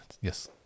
Yes